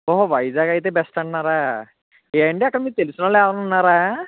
వైజాగ్ అయితే బెస్ట్ అన్నారా ఏమండి అక్కడ మీకు తెలిసిన వాళ్ళు ఎవరన్న ఉన్నారా